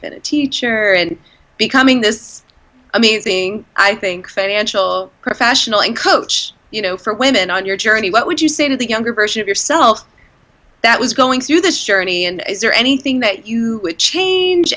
wife teacher and becoming this amazing i think financial professional and coach you know for women on your journey what would you say to the younger version of yourself that was going through this journey and is there anything that you would change